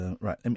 Right